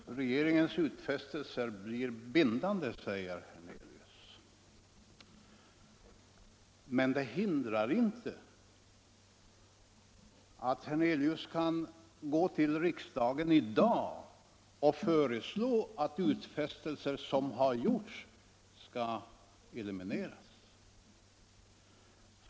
Herr talman! Regeringens utfästelser blir bindande, säger herr Hernelius. Men det hindrar inte att herr Hernelius kan gå till riksdagen i dag och föreslå att utfästelser som har gjorts skall elimineras.